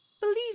Believe